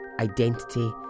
identity